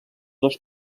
dos